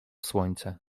słońce